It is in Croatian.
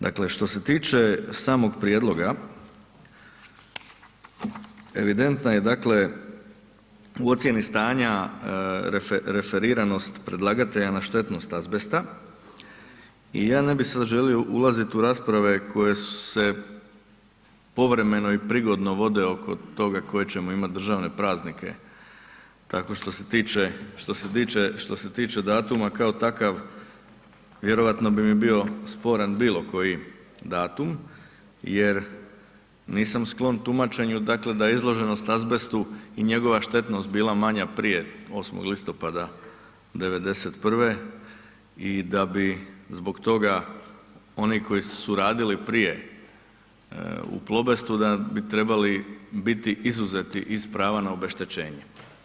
Dakle, što se tiče samog prijedloga, evidentno je dakle u ocjeni stanja referiranost predlagatelja na štetnost azbesta i ja ne bi sad želio ulazit u rasprave koje se povremeno i prigodno vode oko toga koje ćemo imati državne praznike tako što se tiče datuma kao takav vjerojatno bi mi bio sporan bilo koji datum jer nisam sklon tumačenju da je izloženost azbestu i njegova štetnost bila manja prije 8. listopada '91. i da bi zbog toga oni koji su radili prije u Plobestu da bi trebali biti izuzeti iz prava na obeštećenje.